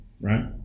right